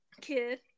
kid